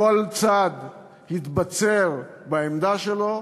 כל צד התבצר בעמדה שלו,